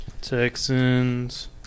Texans